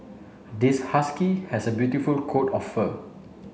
this husky has a beautiful coat of fur